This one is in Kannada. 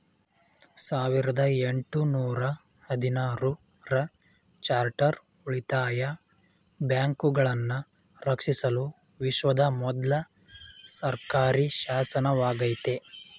ಸಾವಿರದ ಎಂಟು ನೂರ ಹದಿನಾರು ರ ಚಾರ್ಟರ್ ಉಳಿತಾಯ ಬ್ಯಾಂಕುಗಳನ್ನ ರಕ್ಷಿಸಲು ವಿಶ್ವದ ಮೊದ್ಲ ಸರ್ಕಾರಿಶಾಸನವಾಗೈತೆ